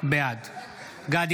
בעד גדי